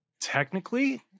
Technically